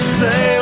say